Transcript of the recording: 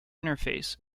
interface